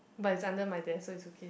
but is under my desk so is okay